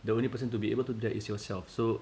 the only person to be able to do that is yourself so